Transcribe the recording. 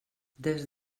des